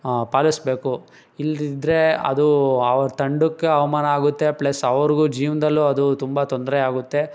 ಪಾಲಿಸ್ಬೇಕು ಇಲ್ಲದಿದ್ರೆ ಅದು ಅವ್ರ್ ತಂಡಕ್ಕೆ ಅವಮಾನ ಆಗುತ್ತೆ ಪ್ಲಸ್ ಅವ್ರಿಗೂ ಜೀವನದಲ್ಲೂ ಅದು ತುಂಬ ತೊಂದರೆ ಆಗುತ್ತೆ